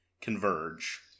converge